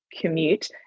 Commute